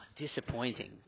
disappointing